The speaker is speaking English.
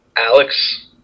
Alex